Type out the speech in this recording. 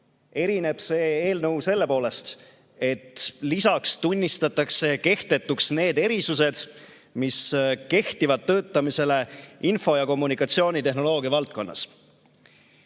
erineb see eelnõu selle poolest, et lisaks tunnistatakse kehtetuks need erisused, mis kehtivad töötamise kohta info‑ ja kommunikatsioonitehnoloogia valdkonnas.